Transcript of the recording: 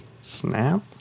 Snap